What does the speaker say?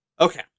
Okay